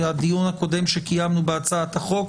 הדיון הקודם שקיימנו בהצעת החוק,